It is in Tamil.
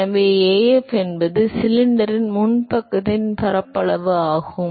எனவே Af என்பது சிலிண்டரின் முன் பக்கத்தின் பரப்பளவு ஆகும்